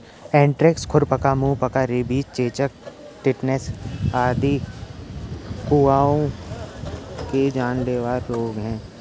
anthrax, खुरपका, मुहपका, rabies, चेचक, टेटनस आदि पहुओं के जानलेवा रोग हैं